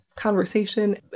conversation